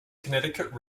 connecticut